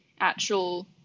actual